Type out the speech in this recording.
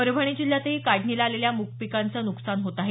परभणी जिल्ह्यातही काढणीला आलेल्या मूग पिकांचं नुकसान होत आहे